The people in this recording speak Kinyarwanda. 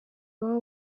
baba